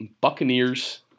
Buccaneers